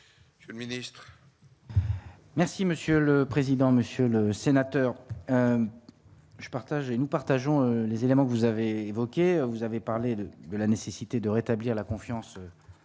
Je le Ministre. Merci monsieur le président, Monsieur le Sénateur, je partage, nous partageons les éléments que vous avez évoquée, vous avez parlé de la nécessité de rétablir la confiance